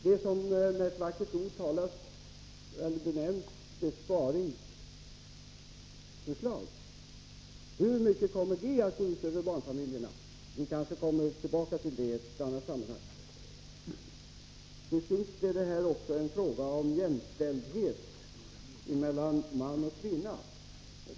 Hur mycket kommer det som med ett vackert ord benämns besparingsförslag att gå ut över barnfamiljerna? Vi kanske kommer tillbaka till det i ett annat sammhang. Till sist är det här också en fråga om jämställdhet mellan man och kvinna.